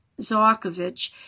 Zarkovich